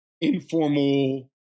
informal